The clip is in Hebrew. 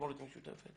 במשמורת משותפת?